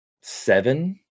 seven